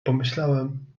pomyślałem